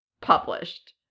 published